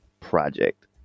project